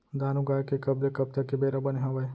धान उगाए के कब ले कब तक के बेरा बने हावय?